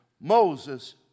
Moses